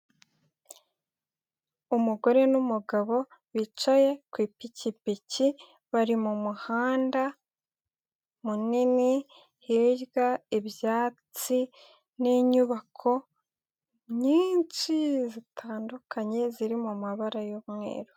Umugore'umugabo bicaye ku ipikipiki bari mu muhanda, munini hirya ibyatsi n'inyubako, nyinshi zitandukanye ziri mu mabara y'umweru.